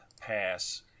pass